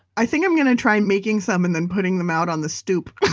i think i'm going to try making some and then putting them out on the stoop